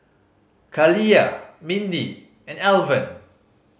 Kaliyah Mindi and Alvan